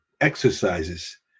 exercises